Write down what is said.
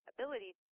Ability